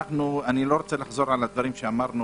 אני לא רוצה לחזור על הדברים שאמרנו